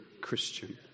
Christian